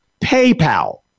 PayPal